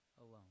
alone